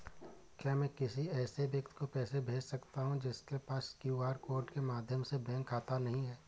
क्या मैं किसी ऐसे व्यक्ति को पैसे भेज सकता हूँ जिसके पास क्यू.आर कोड के माध्यम से बैंक खाता नहीं है?